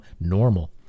normal